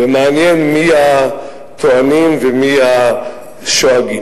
ומעניין מי הטוענים ומי השואגים.